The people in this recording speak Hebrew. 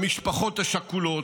למשפחות השכולות,